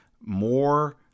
More